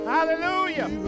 Hallelujah